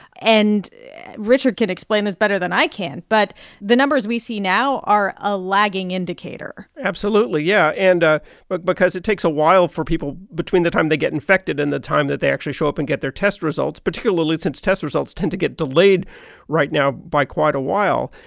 and richard can explain this better than i can, but the numbers we see now are a lagging indicator absolutely. absolutely. yeah. and but because it takes a while for people between the time they get infected and the time that they actually show up and get their test results, particularly since test results tend to get delayed right now by quite a while.